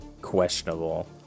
questionable